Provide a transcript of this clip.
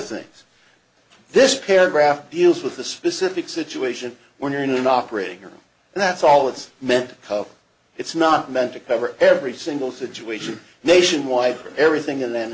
things this paragraph deals with the specific situation when you're in an operating room and that's all it's meant it's not meant to cover every single situation nationwide for everything and then